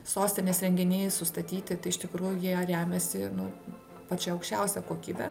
sostinės renginiai sustatyti tai iš tikrųjų jie remiasi nu pačia aukščiausia kokybe